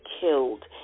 killed